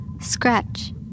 Scratch